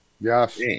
Yes